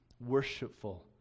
worshipful